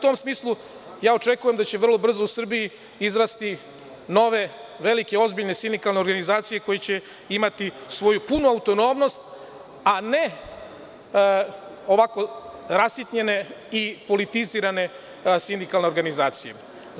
U tom smislu, ja očekujem da će vrlo brzo u Srbiji izrasti nove velike ozbiljne sindikalne organizacije, koje će imati svoju punu autonomnost, a ne, ovako rasitnjene i politizirane sindikalne organizacije.